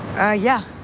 ah yeah.